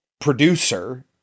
producer